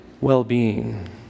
well-being